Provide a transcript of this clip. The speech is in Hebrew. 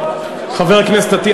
חבר הכנסת אטיאס,